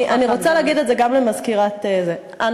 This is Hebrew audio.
אני רוצה להגיד את זה גם למזכירה, זה מביך.